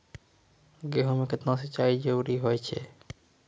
गेहूँ म केतना सिंचाई जरूरी होय छै?